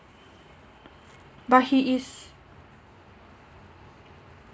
but he is